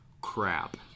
Crap